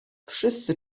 wszyscy